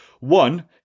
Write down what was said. One